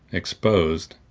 exposed,